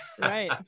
Right